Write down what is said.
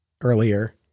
earlier